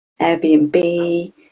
Airbnb